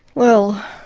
well,